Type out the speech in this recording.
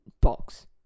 box